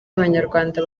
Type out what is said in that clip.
abanyarwanda